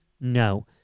No